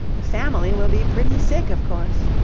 the family will be pretty sick, of course.